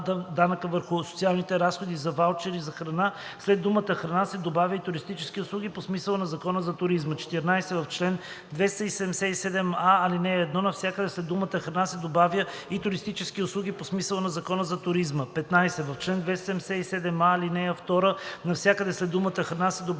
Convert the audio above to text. данъка върху социалните разходи за ваучери за храна“ след думата „храна“ се добавя и „туристически услуги по смисъла на Закона за туризма“; 14. В чл. 277а, ал. 1 навсякъде след думата „храна“ се добавя „и туристически услуги по смисъла на Закона за туризма“; 15. В чл. 277а, ал. 2 навсякъде след думата „храна“ се добавя